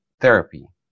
therapy